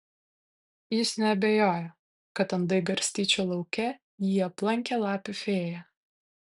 jis neabejojo kad andai garstyčių lauke jį aplankė lapių fėja